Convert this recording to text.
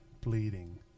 bleeding